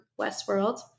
Westworld